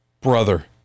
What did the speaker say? brother